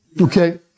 Okay